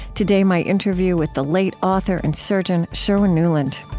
today my interview with the late author and surgeon sherwin nuland